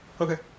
Okay